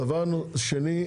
דבר שני,